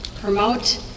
promote